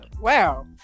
Wow